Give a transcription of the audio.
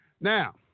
Now